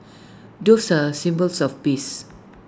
doves are symbols of peace